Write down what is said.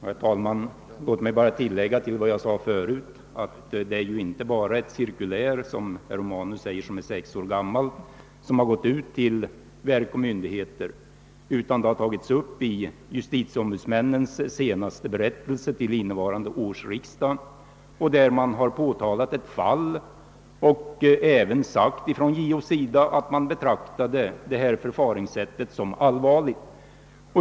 Herr talman! Det har inte bara gått ut ett cirkulär, vilket enligt herr Romanus är sex år gammalt, till verk och myndigheter, utan frågan har också tagits upp i JO:s ämbetsberättelse till innevarande års riksdag. Däri påtalar JO ett fall och framhåller att han betraktar detta förfaringssätt som allvarligt.